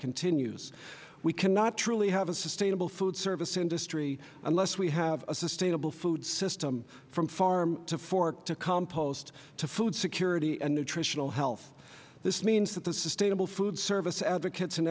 continues we cannot truly have a sustainable food service industry unless we have a sustainable food system from farm to fork to compost to food security and nutritional health this means that the sustainable food service advocates